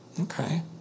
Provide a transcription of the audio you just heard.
Okay